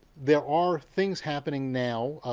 there are things happening now,